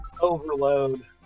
overload